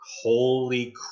holy